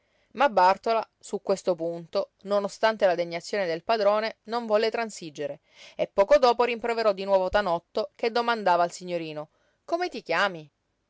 ma bàrtola su questo punto non ostante la degnazione del padrone non volle transigere e poco dopo rimproverò di nuovo tanotto che domandava al signorino come ti chiami